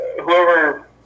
whoever